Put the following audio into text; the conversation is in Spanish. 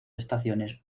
estaciones